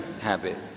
habit